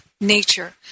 nature